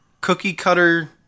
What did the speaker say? cookie-cutter